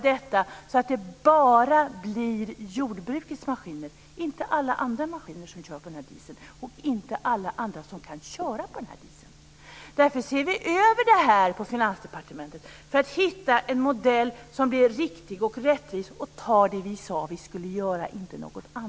Just det: "Köra sin bil billigare". Precis så sade hon.